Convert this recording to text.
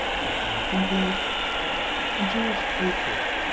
click on template and choose a four.